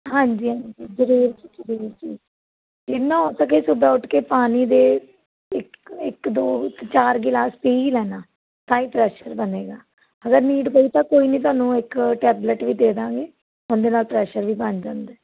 ਹਾਂਜੀ ਹਾਂਜੀ ਜ਼ਰੂਰ ਜੀ ਜ਼ਰੂਰ ਜੀ ਜਿੰਨਾ ਹੋ ਸਕੇ ਸੁਬਹਾ ਉੱਠ ਕੇ ਪਾਣੀ ਦੇ ਇੱਕ ਇੱਕ ਦੋ ਇੱਕ ਚਾਰ ਗਿਲਾਸ ਪੀ ਲੈਣਾ ਤਾਂ ਹੀ ਪ੍ਰੈਸ਼ਰ ਬਣੇਗਾ ਅਗਰ ਨੀਡ ਪਈ ਤਾਂ ਕੋਈ ਨਹੀਂ ਤੁਹਾਨੂੰ ਇੱਕ ਟੈਬਲੇਟ ਵੀ ਦੇ ਦਾਂਗੇ ਉਹਦੇ ਨਾਲ ਪ੍ਰੈਸ਼ਰ ਵੀ ਬਣ ਜਾਂਦਾ